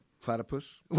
Platypus